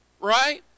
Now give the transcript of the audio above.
right